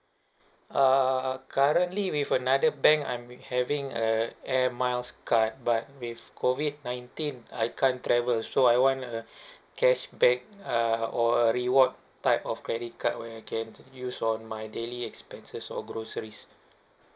err currently with another bank I'm having a air air miles card but with COVID nineteen I can't travel so I want a cashback uh or a reward type of credit card where I can use on my daily expenses or groceries